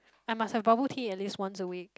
I must have bubble tea at least once a week